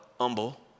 humble